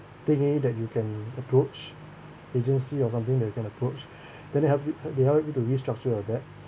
thingy that you can approach agency or something that you can approach than it help you they helped you to restructure your debts